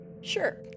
sure